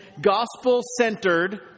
gospel-centered